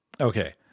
Okay